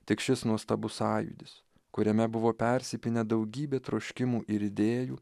tik šis nuostabus sąjūdis kuriame buvo persipynę daugybė troškimų ir idėjų